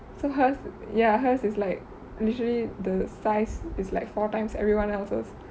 so hers ya hers is like literally the size is like four times everyone else's